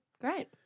Great